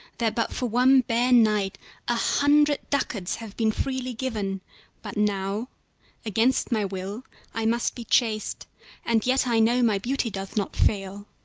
that but for one bare night a hundred ducats have been freely given but now against my will i must be chaste and yet i know my beauty doth not fail.